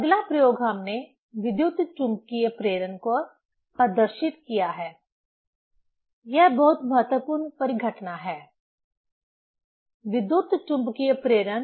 अगला प्रयोग हमने विद्युतचुम्बकीय प्रेरण पर प्रदर्शित किया है यह बहुत महत्वपूर्ण परिघटना है विद्युतचुम्बकीय प्रेरण